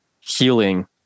healing